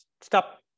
Stop